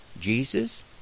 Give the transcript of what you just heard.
Jesus